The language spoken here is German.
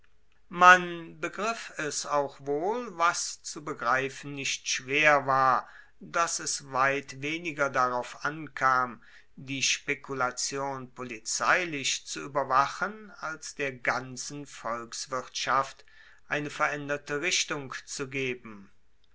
man begriff es auch wohl was zu begreifen nicht schwer war dass es weit weniger darauf ankam die spekulation polizeilich zu ueberwachen als der ganzen volkswirtschaft eine veraenderte richtung zu geben